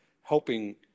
helping